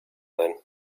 then